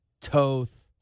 Toth